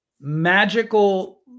magical